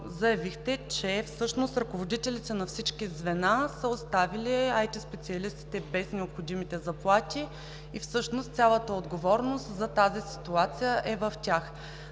заявихте, че всъщност ръководителите на всички звена са оставили IT специалистите без необходимите заплати и всъщност цялата отговорност за тази ситуация е в тях.